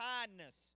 Kindness